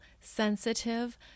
sensitive